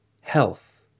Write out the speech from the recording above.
health